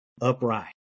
upright